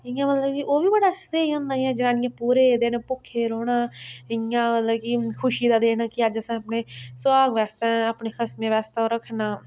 इ'यां मतलब कि ओह् बी बड़ा स्हेई होंदा इयां जनानियें पूरे दिन भुक्खे दे रौंह्ना इ'यां मतलब कि खुशी दा दिन ऐ कि अज्ज असें अपने सुहाग बास्तै अपने खसमै बास्तै ओह् रक्खना